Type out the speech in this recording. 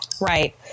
Right